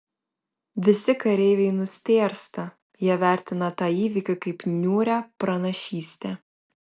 visi kareiviai nustėrsta jie vertina tą įvykį kaip niūrią pranašystę